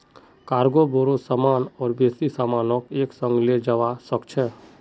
cargo बोरो सामान और बेसी सामानक एक संग ले जव्वा सक छ